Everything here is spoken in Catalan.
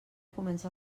comença